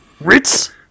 Ritz